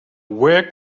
where